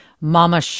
Mama